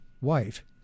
wife